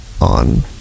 on